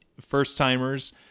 first-timers